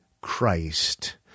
Christ –